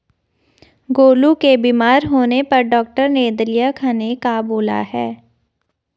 गोलू के बीमार होने पर डॉक्टर ने दलिया खाने का बोला